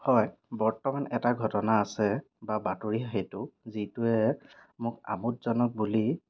হয় বৰ্তমান এটা ঘটনা আছে বা বাতৰি সেইটো যিটোৱে মোক আমোদজনক বুলি